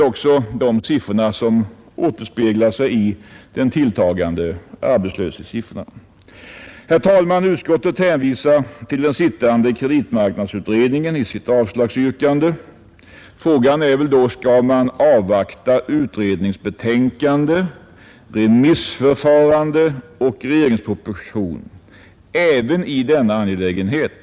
Dessa siffror återspeglar sig väl också i de tilltagande arbetslöshetssiffrorna. Herr talman! Utskottet hänvisar i sitt avstyrkande till den pågående kapitalmarknadsutredningen. Frågan är väl då: Skall man avvakta utredningens betänkande, remissförfarandet och regeringspropositionen även i denna angelägenhet?